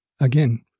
Again